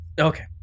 Okay